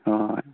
ꯍꯣꯏ ꯍꯣꯏ ꯍꯣꯏ